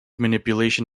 manipulation